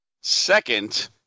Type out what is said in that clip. Second